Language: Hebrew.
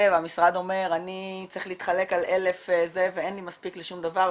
והמשרד אומר אני צריך להתחלק על 1000 ואין לי מספיק לשום דבר,